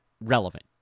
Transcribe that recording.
relevant